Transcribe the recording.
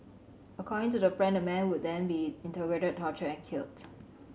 according to the plan the man would then be interrogated tortured and killed